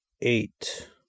eight